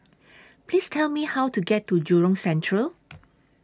Please Tell Me How to get to Jurong Central